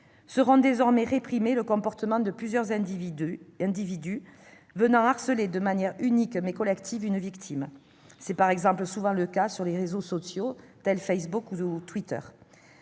Sera désormais réprimé le comportement de plusieurs individus harcelant de manière unique, mais collective, une victime. C'est, par exemple, souvent le cas sur les réseaux sociaux tels que Facebook ou Twitter.